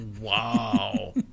wow